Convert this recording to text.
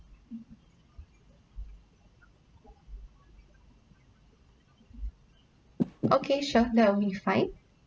okay sure that'll be fine